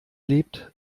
lebt